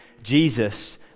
Jesus